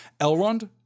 Elrond